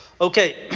Okay